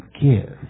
give